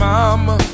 Mama